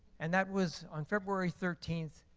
and that was on february thirteenth,